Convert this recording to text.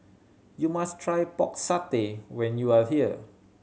you must try Pork Satay when you are here